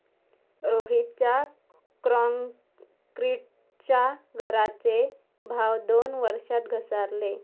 रोहितच्या क्रॉन्क्रीटच्या घराचे भाव दोन वर्षात घसारले